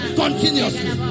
continuously